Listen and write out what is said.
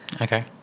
Okay